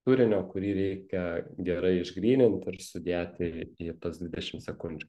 turinio kurį reikia gerai išgryninti ir sudėti į tas dvidešim sekundžių